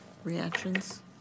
Reactions